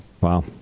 Wow